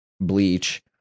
bleach